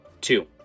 Two